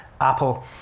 Apple